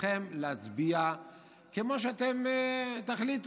זכותכם להצביע כמו שאתם תחליטו,